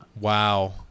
Wow